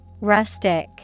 Rustic